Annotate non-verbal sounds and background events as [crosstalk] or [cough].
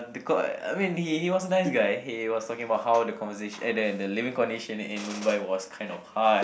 the [noise] I mean he he was a nice guy he was talking about how the conversation eh the the living condition in Mumbai was kind of hard